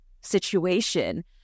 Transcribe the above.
situation